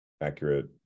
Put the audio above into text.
accurate